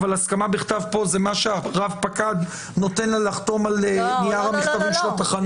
אבל הסכמה פה זה מה שרב פקד נותן לה לחתום על נייר המכתבים של התחנה?